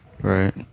Right